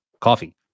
coffee